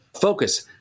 focus